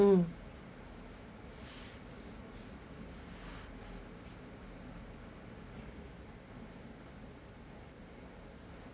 mm